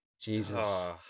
Jesus